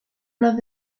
los